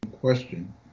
question